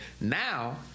Now